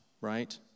right